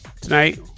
tonight